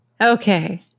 Okay